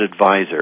advisor